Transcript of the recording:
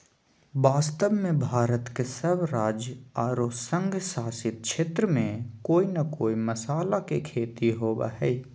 वास्तव में भारत के सब राज्य आरो संघ शासित क्षेत्र में कोय न कोय मसाला के खेती होवअ हई